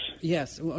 Yes